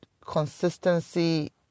consistency